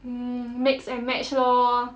mmhmm mix and match lor